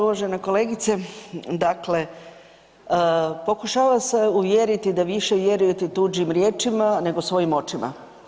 Uvažena kolegice, dakle pokušava vas uvjeriti da više vjerujete tuđim riječima, nego svojim očima.